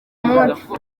munsi